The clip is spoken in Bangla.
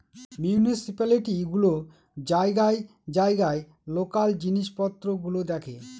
মিউনিসিপালিটি গুলো জায়গায় জায়গায় লোকাল জিনিস পত্র গুলো দেখে